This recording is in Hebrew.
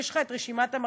יש לך את רשימת המרכיבים,